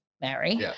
Mary